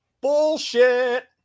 bullshit